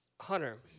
Hunter